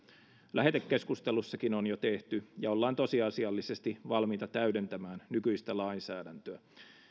lähetekeskustelussakin on jo tehty ja ollaan tosiasiallisesti valmiita täydentämään nykyistä lainsäädäntöä